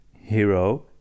hero